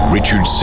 Richard